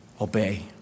Obey